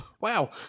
wow